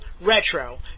retro